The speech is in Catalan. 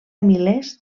milers